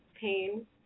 pain